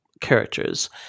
characters